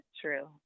true